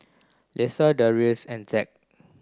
Lesa Darius and Zack